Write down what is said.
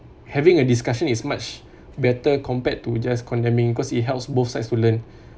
having a discussion is much better compared to just condemning cause it helps both sides to learn